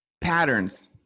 patterns